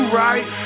right